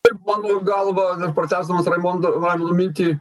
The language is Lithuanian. ir mano galva pratęsdamas raimondo raimondo mintį